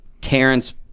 Terrence